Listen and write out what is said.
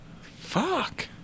Fuck